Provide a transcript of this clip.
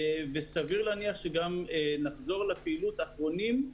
וסביר להניח שנחזור לפעילות אחרונים.